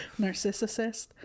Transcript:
Narcissist